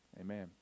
Amen